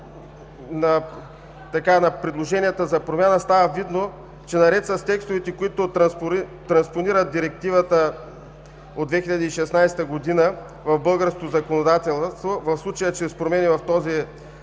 на предложенията за промяна става видно, че наред с текстовете, които транспонират Директивата от 2016 г. в българското законодателство, в случая чрез промени в този